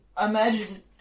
imagine